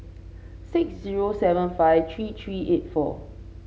six zero seven five three three eight four